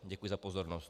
Děkuji za pozornost.